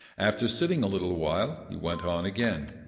after sitting a little while, he went on again.